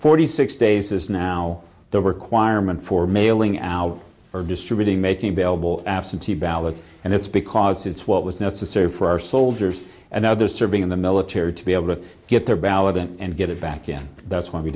forty six days is now the requirement for mailing out or distributing making available absentee ballots and it's because it's what was necessary for our soldiers and others serving in the military to be able to get their ballot in and get it back again that's why we